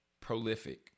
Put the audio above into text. prolific